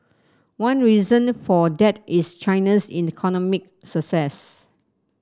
one reason for that is China's economic success